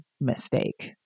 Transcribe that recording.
mistake